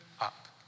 up